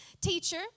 Teacher